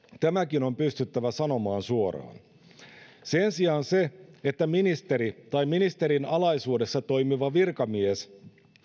tämäkin on pystyttävä sanomaan suoraan sen sijaan se että ministeri tai ministerin alaisuudessa toimiva virkamies